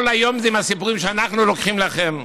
כל היום זה עם הסיפורים שאנחנו לוקחים לכם.